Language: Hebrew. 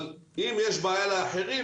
אבל אם יש בעיה לאחרים,